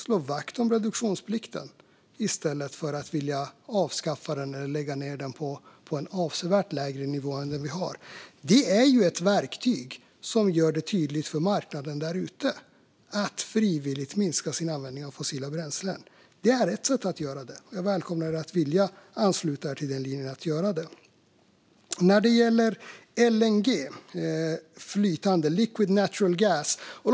Slå vakt om den i stället för att vilja avskaffa den eller lägga den på en avsevärt lägre nivå än i dag. Den är ju ett verktyg som gör det tydligt för marknaden där ute att man frivilligt ska minska sin användning av fossila bränslen. Det är ett sätt att göra det. Jag välkomnar er att ansluta er till den linjen. LNG, liquid natural gas, finns det inget naturligt med.